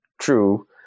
true